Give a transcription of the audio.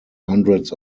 hundreds